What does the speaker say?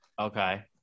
Okay